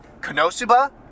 Konosuba